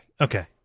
Okay